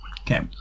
Okay